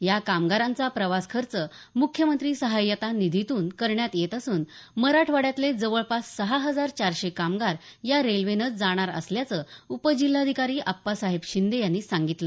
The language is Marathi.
या कामगारांचा प्रवासखर्च मुख्यमंत्री सहाय्यता निधीतून करण्यात येत असून मराठवाड्यातले जवळपास सहा हजार चारशे कामगार या रेल्वेनं जाणार असल्याचं उपजिल्हाधिकारी अप्पासाहेब शिंदे यांनी सांगितलं